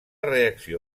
reacció